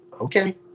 okay